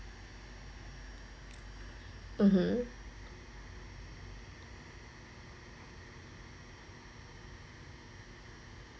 (uh huh)